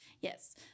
yes